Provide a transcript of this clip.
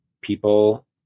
people